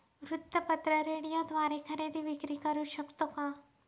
वृत्तपत्र, रेडिओद्वारे खरेदी विक्री करु शकतो का?